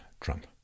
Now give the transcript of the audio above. Trump